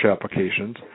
applications